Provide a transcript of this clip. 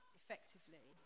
effectively